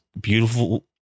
beautiful